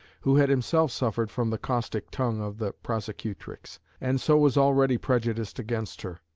who had himself suffered from the caustic tongue of the prosecutrix, and so was already prejudiced against her.